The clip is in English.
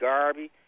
Garvey